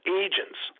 agents